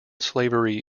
slavery